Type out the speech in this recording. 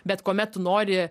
bet kuomet tu nori